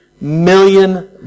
million